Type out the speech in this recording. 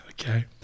Okay